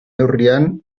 neurrian